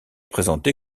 présenté